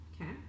Okay